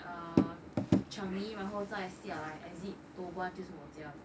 ah changi 然后再下来 exit toh guan 就是我家了